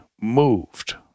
moved